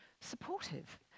supportive